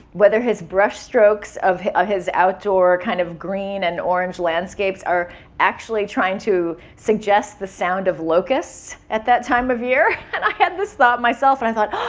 whether his brushstrokes of of his outdoor, kind of green and orange landscapes are actually trying to suggest the sound of locusts at that time of year. and i had this thought myself and i thought,